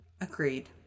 Agreed